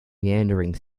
meandering